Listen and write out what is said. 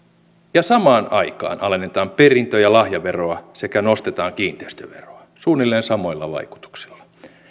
ja samaan aikaan alennetaan perintö ja lahjaveroa sekä nostetaan kiinteistöveroa suunnilleen samoilla vaikutuksilla